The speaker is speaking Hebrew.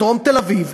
בדרום תל-אביב,